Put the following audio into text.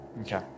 okay